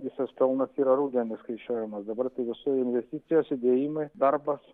visas pelnas yra rudenį skaičiuojamas dabar tai visų investicijos įdėjimai darbas